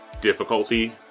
difficulty